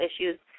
issues